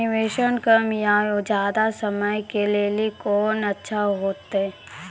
निवेश कम या ज्यादा समय के लेली कोंन अच्छा होइतै?